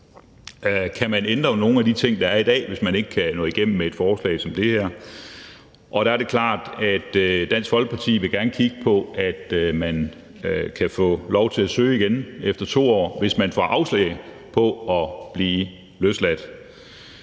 man kan ændre nogle af de ting, der er i dag, hvis man ikke kan nå igennem med et forslag som det her. Og der er det klart, at Dansk Folkeparti gerne vil kigge på, at man kan få lov til at søge igen efter 2 år, hvis man får afslag på at blive løsladt.